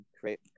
create